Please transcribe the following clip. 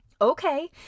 Okay